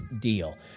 deal